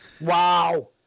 wow